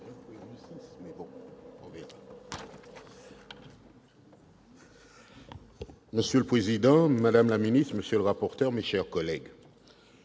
Monsieur le président, madame la ministre, monsieur le rapporteur, mes chers collègues,